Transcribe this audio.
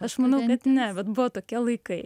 aš manau net ne bet buvo tokie laikai